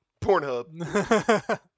Pornhub